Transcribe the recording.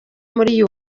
muri